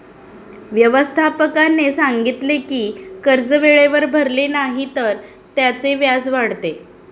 व्यवस्थापकाने सांगितले की कर्ज वेळेवर भरले नाही तर त्याचे व्याज वाढते